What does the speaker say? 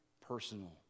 personal